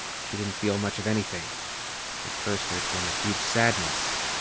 she didn't feel much of anything at first there had been a huge sadness,